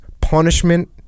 punishment